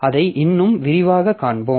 அதை இன்னும் விரிவாகக் காண்போம்